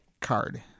card